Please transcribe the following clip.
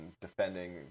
defending